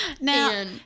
now